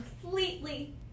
completely